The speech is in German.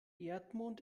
erdmond